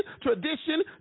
tradition